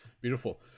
Beautiful